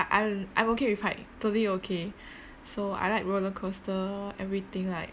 I I'm okay with height totally okay so I like roller coaster everything like